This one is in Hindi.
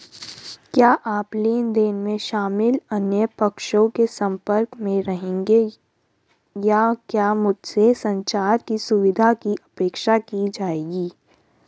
क्या आप लेन देन में शामिल अन्य पक्षों के संपर्क में रहेंगे या क्या मुझसे संचार की सुविधा की अपेक्षा की जाएगी?